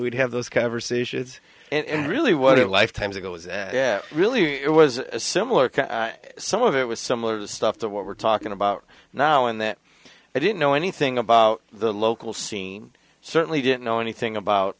we'd have those conversations and really what lifetimes ago was really it was similar some of it was similar stuff to what we're talking about now and that i didn't know anything about the local scene certainly didn't know anything about